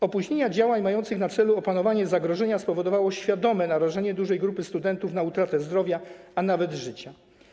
Opóźnienia działań mających na celu opanowanie zagrożenia spowodowały świadome narażenie dużej grupy studentów na utratę zdrowia, a nawet życia.